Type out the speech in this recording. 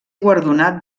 guardonat